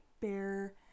Bear